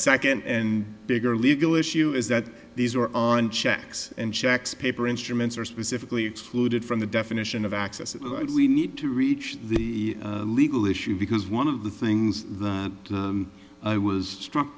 second and bigger legal issue is that these were on checks and checks paper instruments are specifically excluded from the definition of access we need to reach the legal issue because one of the things that i was struck